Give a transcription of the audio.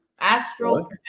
Astro